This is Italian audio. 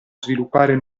sviluppare